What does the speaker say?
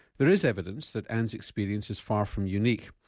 there is evidence that ann's experience is far from unique.